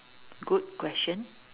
good question